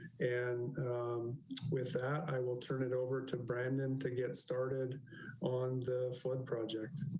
and with that, i will turn it over to brandon to get started on the foot project.